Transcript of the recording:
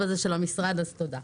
אבל זה של המשרד אז תודה.